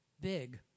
big